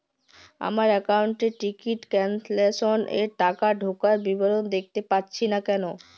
আমার একাউন্ট এ ticket cancellation এর টাকা ঢোকার বিবরণ দেখতে পাচ্ছি না কেন?